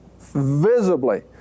visibly